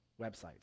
websites